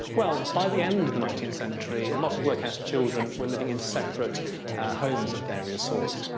well, by the end of the nineteenth century a lot of workhouse children were living in separate homes of various sorts.